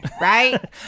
right